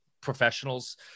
professionals